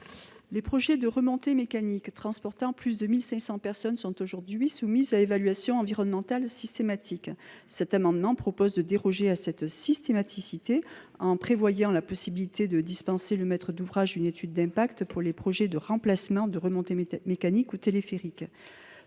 Les projets de remontées mécaniques transportant plus de 1 500 personnes sont aujourd'hui soumis à évaluation environnementale systématique. Cet amendement vise à déroger à cette systématicité en prévoyant la possibilité de dispenser le maître d'ouvrage d'une étude d'impact pour les projets de remplacement de remontées mécaniques ou téléphériques.